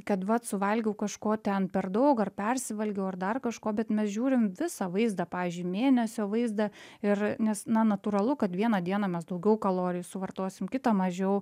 kad vat suvalgiau kažko ten per daug ar persivalgiau ar dar kažko bet mes žiūrim visą vaizdą pavyzdžiui mėnesio vaizdą ir nes na natūralu kad vieną dieną mes daugiau kalorijų suvartosim kitą mažiau